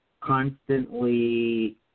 constantly